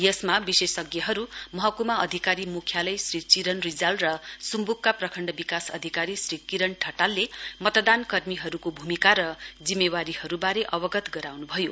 यसमा विशेष महकुमा अधिकारी मुख्यालय श्री चिरन रिजाल र मुम्बुकका प्रखण्ड विकास अधिकारी श्री किरण ठटालले मतदान कर्मीहरुको भूमिका र जिम्मावारीहरुवारे अवगत गराउनु भयो